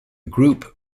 group